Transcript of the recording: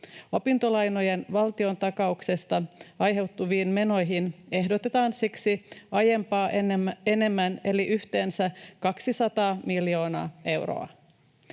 Opintolainojen valtiontakauksesta aiheutuviin menoihin ehdotetaan siksi aiempaa enemmän eli yhteensä 200 miljoonaa euroa.